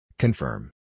Confirm